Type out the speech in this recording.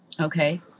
Okay